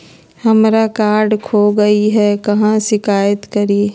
हमरा कार्ड खो गई है, कहाँ शिकायत करी?